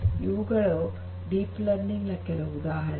ಇವುಗಳು deep learning ನ ಕೆಲವು ಉದಾಹರಣೆಗಳು